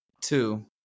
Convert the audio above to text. Two